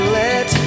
let